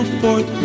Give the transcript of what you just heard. forth